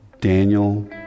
Daniel